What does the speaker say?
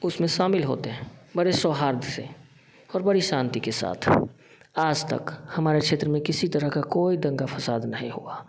उसमें शामिल होते बड़े सोहार्थ से और बड़ी शांति के साथ आज तक हमारे क्षेत्र में किसी तरह का कोई दँगा फ़साद नहीं हुआ